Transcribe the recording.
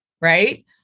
right